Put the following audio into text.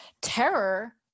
terror